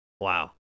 Wow